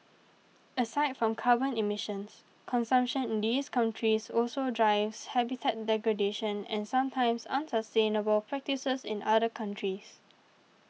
aside from carbon emissions consumption in these countries also drives habitat degradation and sometimes unsustainable practices in other countries